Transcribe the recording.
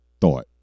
thought